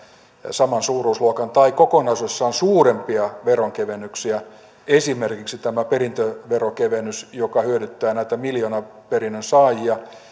saman suuruusluokan tai kokonaisuudessaan suurempia veronkevennyksiä esimerkiksi tämä perintöverokevennys joka hyödyttää näitä miljoonaperinnön saajia